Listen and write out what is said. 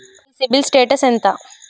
మీ CIBIL status ఎంత?